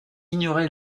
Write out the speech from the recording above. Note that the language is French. ignoré